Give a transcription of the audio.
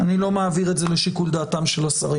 אני לא מעביר את זה לשיקול דעתם של השרים.